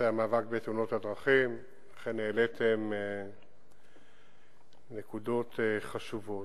אכן העליתם נקודות חשובות,